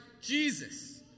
Jesus